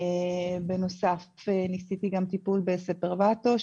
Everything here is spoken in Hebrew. בנוסף ניסיתי גם טיפול בספרבאטו,